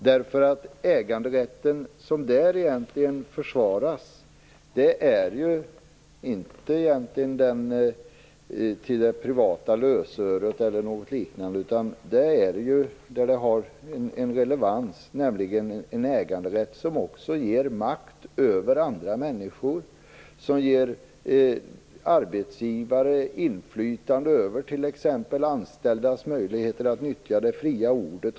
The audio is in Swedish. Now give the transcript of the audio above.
Den äganderätt som där försvaras gäller egentligen inte äganderätt till privat lösöre, utan det gäller en äganderätt som ger makt över andra människor, som ger arbetsgivare inflytande över t.ex. anställdas möjligheter att nyttja det fria ordet.